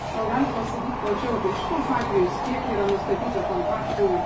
gal galit pasakyt plačiau apie šituos atvejus kiek yra nustatyta kontaktinių